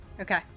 Okay